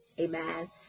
Amen